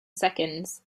seconds